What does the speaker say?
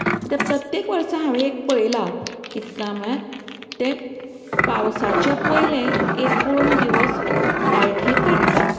तर प्रत्येक वर्सा हांवेंन एक पळयलां कितें कांय म्हळ्यार ते पावसाचे पयलें एक पुर्ण दिवस लायट ही काडटात